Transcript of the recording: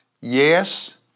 Yes